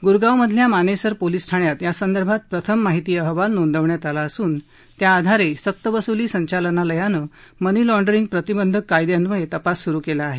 गुरगावमधल्या Manesar police ठाण्यात यासंदर्भात प्रथम माहिती अहवाल नोंदवण्यात आला असून त्याआधारे सक्तवसुली संचालनालयानं मनी लाँड्रिंग प्रतिबंधक कायद्यान्वये तपास सुरु केला आहे